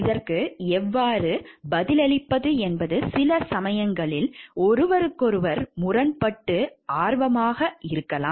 இதற்கு எவ்வாறு பதிலளிப்பது என்பது சில சமயங்களில் ஒருவருக்கொருவர் முரண்படும் ஆர்வமாக இருக்கலாம்